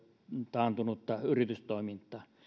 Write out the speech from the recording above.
taantunutta yritystoimintaa